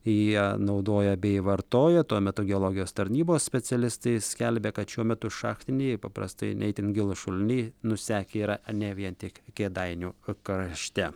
jie naudoja bei vartoja tuo metu geologijos tarnybos specialistai skelbia kad šiuo metu šachtiniai paprastai ne itin gilūs šuliniai nusekę yra ne vien tik kėdainių k krašte